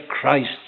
Christ